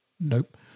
Nope